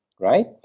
right